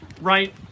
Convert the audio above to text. right